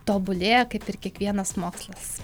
tobulėja kaip ir kiekvienas mokslas